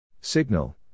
Signal